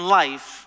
life